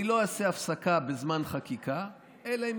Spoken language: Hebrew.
אני לא אעשה הפסקה בזמן חקיקה אלא אם